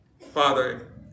Father